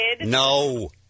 No